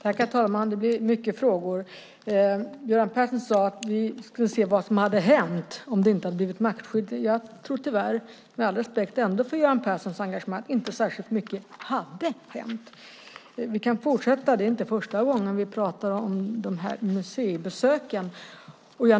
Herr talman! Det blir mycket frågor. Göran Persson sade att vi skulle se vad som hade hänt om det inte hade blivit maktskifte. Jag tror tyvärr, med all respekt för Göran Perssons engagemang, att inte särskilt mycket hade hänt. Vi kan fortsätta; det är inte första gången vi pratar om museibesöken.